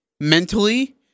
Mentally